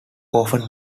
often